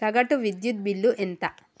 సగటు విద్యుత్ బిల్లు ఎంత?